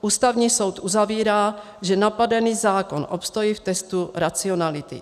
Ústavní soud uzavírá, že napadený zákon obstojí v testu racionality.